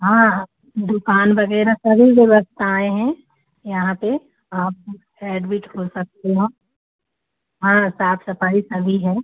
हाँ हाँ दुक़ान वग़ैरह सभी व्यवस्थाएँ हैं यहाँ पर आप एडमिट हो सकती हो हाँ साफ़ सफ़ाई सभी है